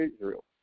Israel